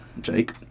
Jake